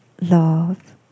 love